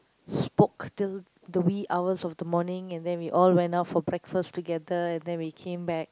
spoke till the wee hours of the morning and then we all went out for breakfast together and then we came back